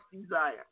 desire